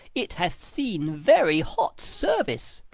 it hath seen very hot service.